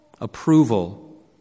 approval